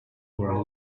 were